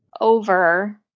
over